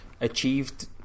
achieved